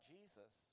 Jesus